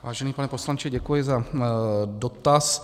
Vážený pane poslanče, děkuji za dotaz.